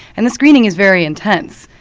and the screening is very intense,